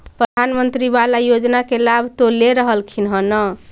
प्रधानमंत्री बाला योजना के लाभ तो ले रहल्खिन ह न?